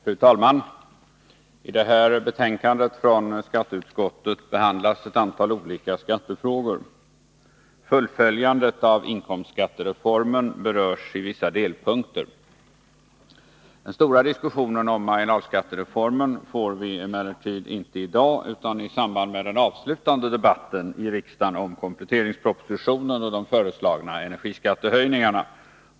Fru talman! I detta betänkande från skatteutskottet behandlas ett antal olika skattefrågor. Fullföljandet av inkomstskattereformen berörs i vissa delpunkter. Den stora diskussionen om marginalskattereformen får vi emellertid inte i dag utan i samband med den avslutande debatten i riksdagen om kompletteringspropositionen och de föreslagna energiskattehöjningarna.